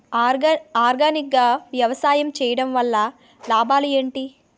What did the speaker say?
Organic గా వ్యవసాయం చేయడం వల్ల లాభాలు ఏంటి?